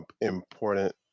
important